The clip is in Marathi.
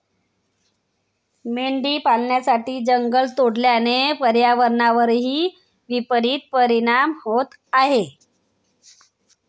मेंढी पालनासाठी जंगल तोडल्याने पर्यावरणावरही विपरित परिणाम होत आहे